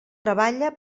treballa